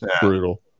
brutal